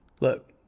look